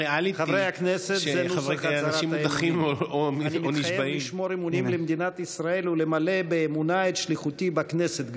"אני מתחייב לשמור אמונים למדינת ישראל ולמלא באמונה את שליחותי בכנסת".